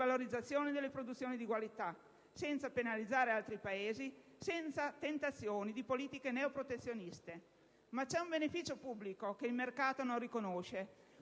valorizzare le produzioni di qualità, senza penalizzare altri Paesi, senza farsi tentare da politiche neo protezioniste. Ma c'è un beneficio pubblico che il mercato non riconosce;